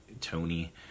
Tony